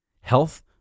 health